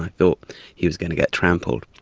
i thought he was going to get trampled.